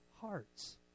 hearts